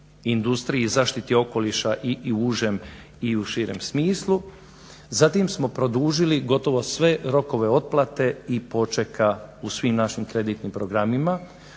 industriji, zaštiti okoliša i užem i u širem smislu. Zatim smo produžili gotovo sve rokove otplate i počeka u svim našim kreditnim programima,